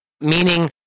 meaning